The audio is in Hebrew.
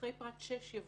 אחרי פרט 6 יבוא: